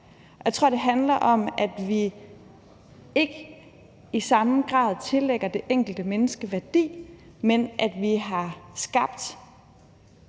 jeg tror, det handler om, at vi ikke i samme grad tillægger det enkelte menneske en værdi, men at vi både som